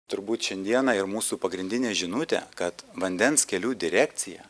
turbūt šiandieną ir mūsų pagrindinė žinutė kad vandens kelių direkcija